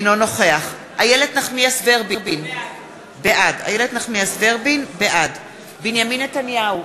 אינו נוכח איילת נחמיאס ורבין, בעד בנימין נתניהו,